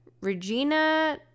Regina